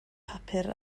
papur